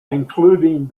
including